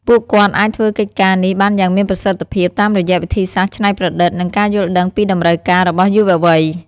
ពួកគាត់អាចធ្វើកិច្ចការនេះបានយ៉ាងមានប្រសិទ្ធភាពតាមរយៈវិធីសាស្ត្រច្នៃប្រឌិត និងការយល់ដឹងពីតម្រូវការរបស់យុវវ័យ។